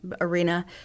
arena